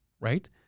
Right